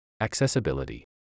Accessibility